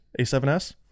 A7S